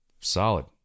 solid